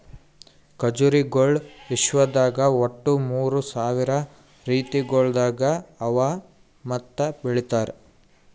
ಖಜುರಿಗೊಳ್ ವಿಶ್ವದಾಗ್ ಒಟ್ಟು ಮೂರ್ ಸಾವಿರ ರೀತಿಗೊಳ್ದಾಗ್ ಅವಾ ಮತ್ತ ಬೆಳಿತಾರ್